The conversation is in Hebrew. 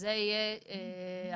ושזה יהיה החריג,